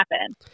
happen